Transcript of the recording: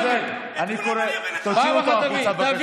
חבר הכנסת עודד, אני קורא אותך, פעם אחת תביא.